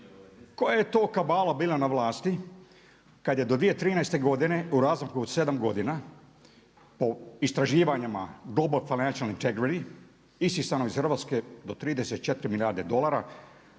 koja je to kabala bila na vlasti kad je do 2013. godine u razmaku od 7 godina o istraživanjima …/Govornik se ne razumije./… isisano iz Hrvatske do 34 milijarde dolara.